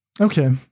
Okay